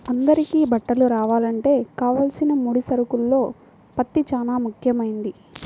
అందరికీ బట్టలు రావాలంటే కావలసిన ముడి సరుకుల్లో పత్తి చానా ముఖ్యమైంది